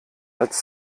als